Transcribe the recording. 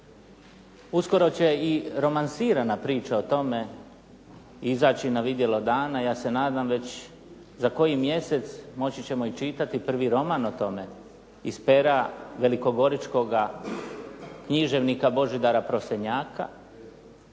uskoro će i romansirana priča o tome izaći na vidjelo dana, ja se nadam već za koji mjesec moći ćemo i čitati prvi roman o tome iz pera velikogoričkoga književnika Božidara Prosenjaka,